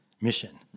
mission